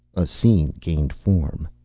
a scene gained form.